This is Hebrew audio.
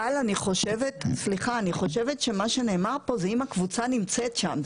אני חושבת שמה שנאמר כאן זה שאם הקבוצה נמצאת שם.